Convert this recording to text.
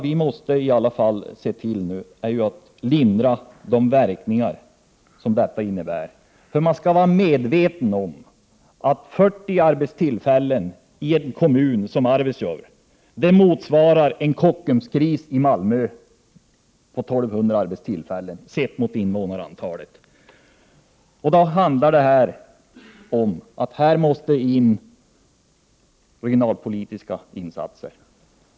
Vi måste nu se till att lindra de verkningar som detta innebär. Man skall vara medveten om att 40 arbetstillfällen i en kommun som Arvidsjaur motsvarar en Kockumskris i Malmö avseende 12 000 arbetstillfällen — sett i förhållande till invånarantalet. Här måste det till regionalpolitiska insatser.